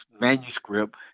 manuscript